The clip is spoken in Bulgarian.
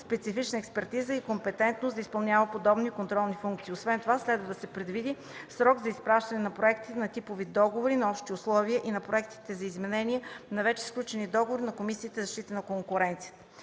специфична експертиза и компетентност да изпълнява подобни контролни функции. Освен това, следва да се предвиди срок за изпращане на проектите на типови договори, на общи условия и на проектите за изменения на вече сключени договори на Комисията за защита на конкуренцията.